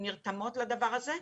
נרתמות לדבר הזה.